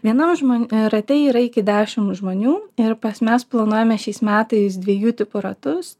vienam žmonių rate yra iki dešimt žmonių ir pas mes planuojame šiais metais dviejų tipų ratus